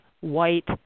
white